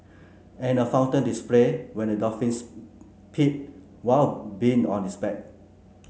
and a fountain display when a dolphins peed while being on his back